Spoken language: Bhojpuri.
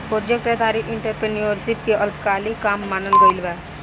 प्रोजेक्ट आधारित एंटरप्रेन्योरशिप के अल्पकालिक काम मानल गइल बा